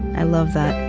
i love that